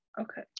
okay